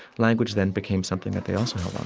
language then became something that they also